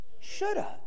shoulda